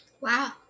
Wow